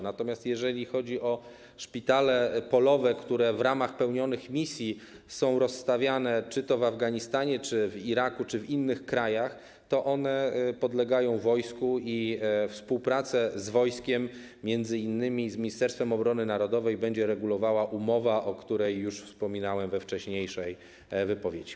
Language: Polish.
Natomiast jeżeli chodzi o szpitale polowe, które w ramach pełnionych misji są rozstawiane czy to w Afganistanie, czy w Iraku, czy w innych krajach, to one podlegają wojsku i współpracę z wojskiem, m.in. z Ministerstwem Obrony Narodowej, będzie regulowała umowa, o której już wspominałem we wcześniejszej wypowiedzi.